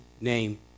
name